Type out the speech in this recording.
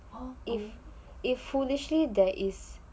is is foolishly there is